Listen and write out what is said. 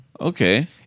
Okay